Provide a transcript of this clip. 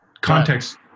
Context